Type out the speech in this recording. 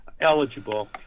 eligible